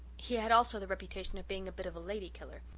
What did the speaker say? he had also the reputation of being a bit of a lady-killer.